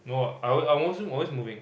no I I wasn't always moving